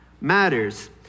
matters